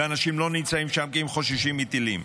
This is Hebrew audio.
ואנשים לא נמצאים שם כי הם חוששים מטילים,